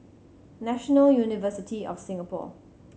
National University of Singapore